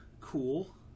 cool